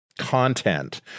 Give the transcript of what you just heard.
content